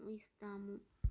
ఇస్తాము